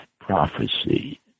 prophecy